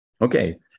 Okay